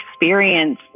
experience